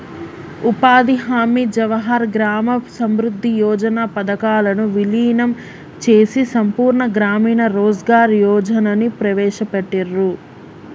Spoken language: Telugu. ఉపాధి హామీ, జవహర్ గ్రామ సమృద్ధి యోజన పథకాలను వీలీనం చేసి సంపూర్ణ గ్రామీణ రోజ్గార్ యోజనని ప్రవేశపెట్టిర్రు